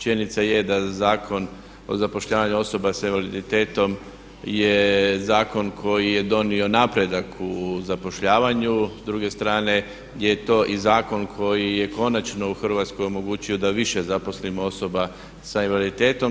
Činjenica je da Zakon o zapošljavanju osoba s invaliditetom je zakon koji je donio napredak u zapošljavanju, s druge strane je to i zakon koji je konačno u Hrvatskoj omogućio da više zaposlimo osoba sa invaliditetom.